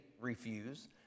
refuse